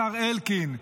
השר אלקין,